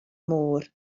môr